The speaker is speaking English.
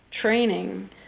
training